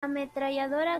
ametralladora